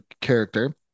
character